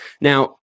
Now